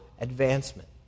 advancement